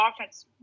offense